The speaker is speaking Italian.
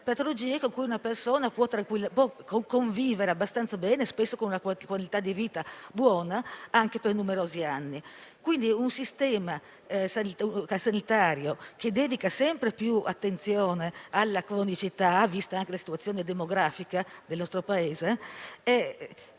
croniche, con cui una persona può convivere abbastanza bene, spesso con una qualità di vita buona anche per numerosi anni. Quindi, un sistema sanitario che dedica sempre più attenzione alla cronicità, vista anche la situazione demografica del nostro Paese, deve